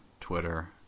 Twitter